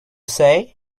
say